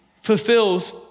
fulfills